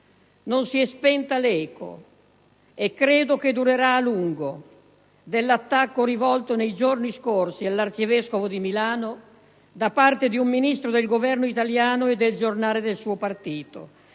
Non si è spenta l'eco - e credo che durerà a lungo - dell'attacco rivolto nei giorni scorsi all'Arcivescovo di Milano da parte di un Ministro del Governo italiano e del giornale del suo partito.